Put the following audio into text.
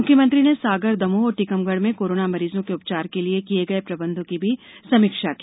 मुख्यमंत्री ने सागर दमोह और टीकमगढ़ में कोरोना मरीजों के उपचार के लिए किए गए प्रबंधों की भी समीक्षा की